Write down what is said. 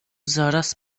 zaraz